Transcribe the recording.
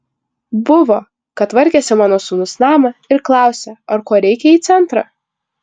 buvo kad tvarkėsi mano sūnus namą ir klausia ar ko reikia į centrą